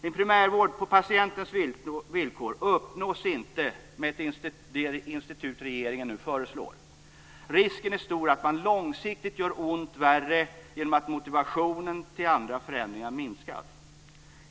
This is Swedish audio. En primärvård på patientens villkor uppnås inte med det institut som regeringen nu föreslår. Risken är stor att man långsiktigt gör ont värre genom att motivationen till andra förändringar minskas.